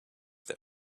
that